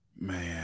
Man